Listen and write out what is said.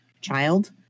Child